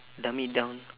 dummy dumb